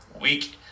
Week